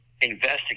investigate